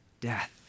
death